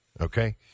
Okay